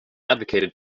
advocated